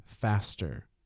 faster